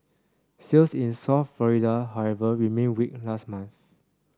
sales in South Florida however remained weak last month